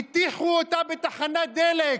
הטיחו אותה בתחנת דלק.